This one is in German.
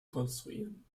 konstruieren